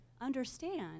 understand